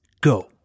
go